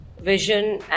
vision